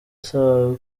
asaba